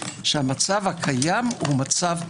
שהמצב הקיים הוא מצב טוב.